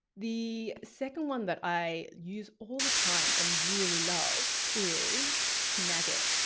the second one that i use all the time and really love is snagit.